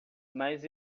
mas